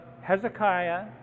Hezekiah